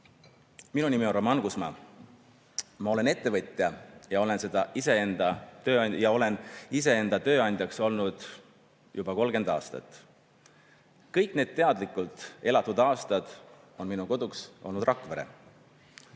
siit. Minu nimi on Roman Kusma. Ma olen ettevõtja ja olen iseenda tööandjaks olnud juba 30 aastat. Kõik need teadlikult elatud aastad on minu koduks olnud Rakvere.